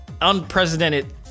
unprecedented